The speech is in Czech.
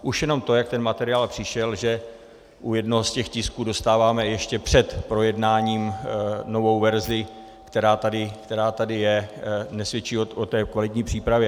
Už jenom to, jak ten materiál přišel, že u jednoho z těch tisků dostáváme ještě před projednáním novou verzi, která tady je, nesvědčí o kvalitní přípravě.